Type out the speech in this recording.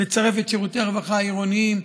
לצרף את שירותי הרווחה העירוניים,